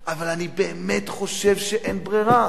אבל אני באמת חושב שאין ברירה,